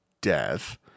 death